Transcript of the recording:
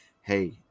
hey